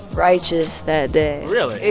righteous that day really?